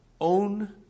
own